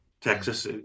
Texas